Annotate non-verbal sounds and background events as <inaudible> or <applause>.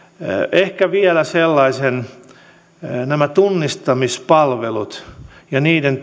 ehkä vielä sellaisen asian totean että mitä tulee näihin tunnistamispalveluihin ja niiden <unintelligible>